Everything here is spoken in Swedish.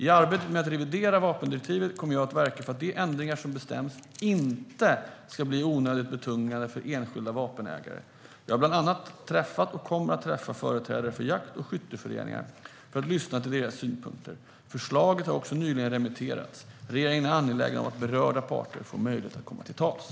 I arbetet med att revidera vapendirektivet kommer jag att verka för att de ändringar som bestäms inte ska bli onödigt betungande för enskilda vapenägare. Jag har bland annat träffat och kommer att träffa företrädare för jakt och skytteföreningar för att lyssna till deras synpunkter. Förslaget har också nyligen remitterats. Regeringen är angelägen om att berörda parter får möjlighet att komma till tals.